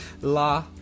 La